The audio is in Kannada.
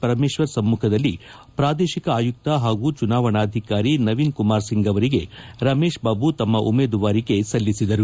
ಪರಮೇಶ್ವರ್ ಸಮ್ಮುಖದಲ್ಲಿ ಪ್ರಾದೇಶಿಕ ಆಯುಕ್ತ ಹಾಗೂ ಚುನಾವಣಾಧಿಕಾರಿ ನವೀನ್ ಕುಮಾರ್ ಸಿಂಗ್ ಅವರಿಗೆ ರಮೇಶ್ ಬಾಬು ತಮ್ಮ ಉಮೇದುವಾರಿಕೆ ಸಲ್ಲಿಸಿದರು